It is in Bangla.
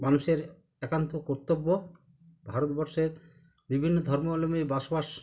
মানুষের একান্ত কর্তব্য ভারতবর্ষের বিভিন্ন ধর্মাবলম্বী বসবাস